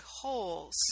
holes